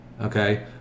okay